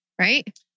right